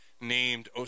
named